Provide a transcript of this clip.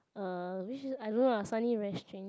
uh which is I don't know lah suddenly very strange